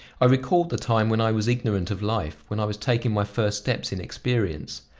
i recalled the time when i was ignorant of life, when i was taking my first steps in experience.